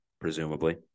presumably